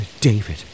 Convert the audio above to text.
david